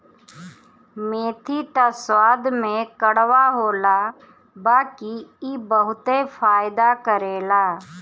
मेथी त स्वाद में कड़वा होला बाकी इ बहुते फायदा करेला